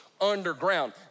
underground